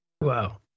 Wow